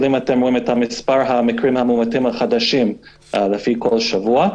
את מספר הבדיקות שבוצעו כל שבוע.